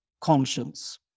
conscience